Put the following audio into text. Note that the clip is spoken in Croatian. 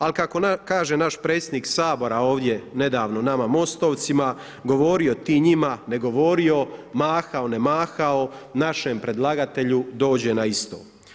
Ali kako kaže naš predsjednik Sabora ovdje nedavno nama MOST-ovcima, govorio ti njima, ne govorio, mahao, ne mahao našem predlagatelju dođe na isto.